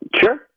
Sure